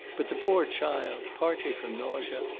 but the poor child, partly from nausea,